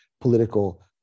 political